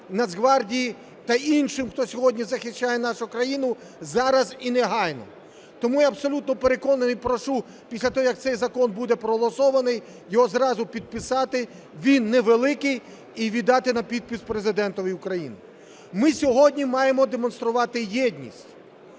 Нацгвардії та іншим, хто сьогодні захищає нашу країну, зараз і негайно. Тому я абсолютно переконаний і прошу після того, як цей закон буде проголосований, його зразу підписати, він невеликий, і віддати на підпис Президентові України. Ми сьогодні маємо демонструвати єдність.